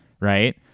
right